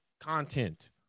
content